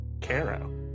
Caro